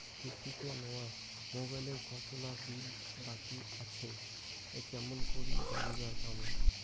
কিস্তিতে নেওয়া মোবাইলের কতোলা বিল বাকি আসে কেমন করি জানিবার পামু?